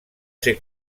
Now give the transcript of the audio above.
ser